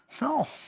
No